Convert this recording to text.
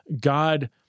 God